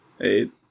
Eight